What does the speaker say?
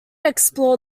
explore